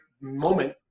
moment